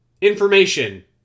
Information